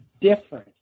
different